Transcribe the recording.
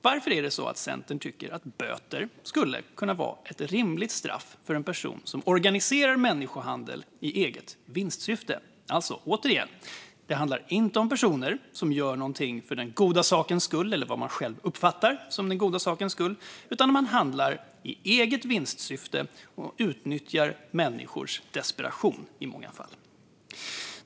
Varför tycker Centern att böter skulle kunna vara ett rimligt straff för en person som organiserar människohandel i eget vinstsyfte? Återigen handlar det inte om personer som gör någonting för den goda sakens skull eller vad man själv uppfattar som den goda sakens skull, utan det handlar om att handla i eget vinstsyfte och i många fall utnyttja människors desperation.